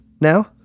now